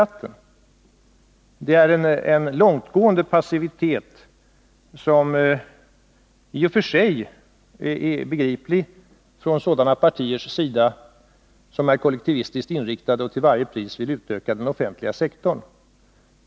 Detta ger uttryck för en långtgående passivitet, som i och för sig är begriplig från sådana partiers sida som är kollektivistiskt inriktade och som till varje pris vill utöka den offentliga sektorn.